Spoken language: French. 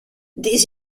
des